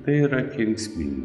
tai yra kenksminga